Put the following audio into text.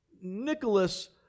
Nicholas